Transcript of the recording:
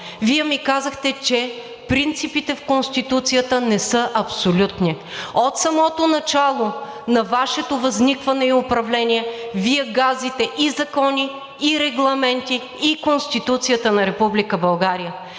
Вие ми казахте, че принципите в Конституцията не са абсолютни. От самото начало на Вашето възникване и управление Вие газите и закони, и регламенти, и Конституцията на